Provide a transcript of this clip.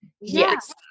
Yes